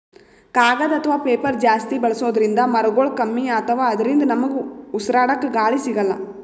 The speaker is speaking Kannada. ಕಾಗದ್ ಅಥವಾ ಪೇಪರ್ ಜಾಸ್ತಿ ಬಳಸೋದ್ರಿಂದ್ ಮರಗೊಳ್ ಕಮ್ಮಿ ಅತವ್ ಅದ್ರಿನ್ದ ನಮ್ಗ್ ಉಸ್ರಾಡ್ಕ ಗಾಳಿ ಸಿಗಲ್ಲ್